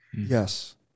Yes